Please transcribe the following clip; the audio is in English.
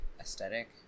aesthetic